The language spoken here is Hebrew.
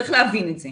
צריך להבין את זה.